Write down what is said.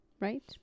right